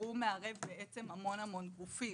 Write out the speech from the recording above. החירום מערב המון המון גופים,